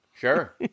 sure